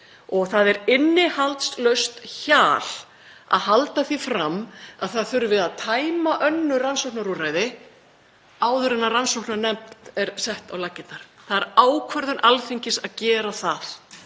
og það er innihaldslaust hjal að halda því fram að tæma þurfi önnur rannsóknarúrræði áður en rannsóknarnefnd er sett á laggirnar. Það er ákvörðun Alþingis að gera það